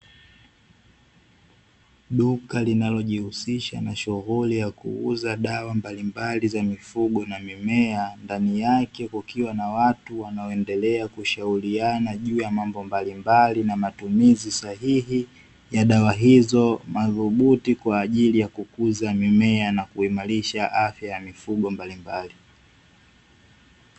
Duka linalojihusisha na shughuli ya kuuza dawa mbalimbali za mifugo na mimea, ndani yake kukiwa na watu wanaoendelea kushauriana mambo mbalimbali na matumizi sahihi ya dawa hizo madhubuti kwa ajili ya kukuza mimea na kuimarisha afya ya mifugo mbalimbali.